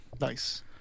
Nice